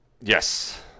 Yes